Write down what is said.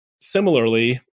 similarly